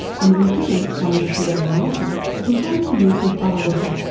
and rear vision on abc radio national has been coming to you from kuala lumpur.